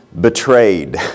betrayed